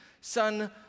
Son